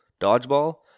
Dodgeball